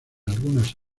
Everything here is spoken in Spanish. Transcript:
algunas